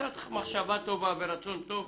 קצת מחשבה טובה ורצון טוב.